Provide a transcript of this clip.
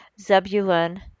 Zebulun